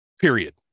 period